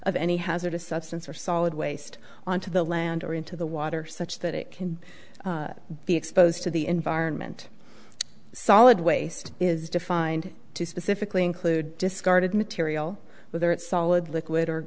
of any hazardous substance or solid waste onto the land or into the water such that it can be exposed to the environment solid waste is defined to specifically include discarded material without solid liquid or